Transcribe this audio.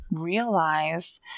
realize